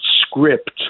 script